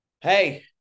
hey